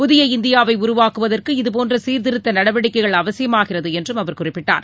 புதிய இந்தியாவை உருவாக்குவதற்கு இதுபோன்ற சீர்திருத்த நடவடிக்கைகள் அவசியமாகிறது என்றும் அவர் குறிப்பிட்டார்